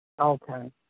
Okay